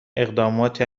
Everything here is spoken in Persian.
اقداماتی